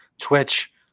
twitch